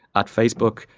at facebook,